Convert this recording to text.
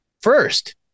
First